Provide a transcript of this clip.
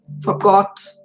forgot